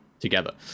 together